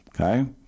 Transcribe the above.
okay